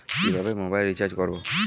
কিভাবে mobile recharge করব?